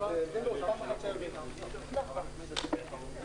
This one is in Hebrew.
13:10.